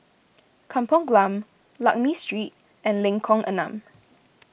Kampong Glam Lakme Street and Lengkong Enam